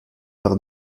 par